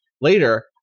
Later